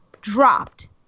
dropped